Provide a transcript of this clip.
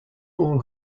all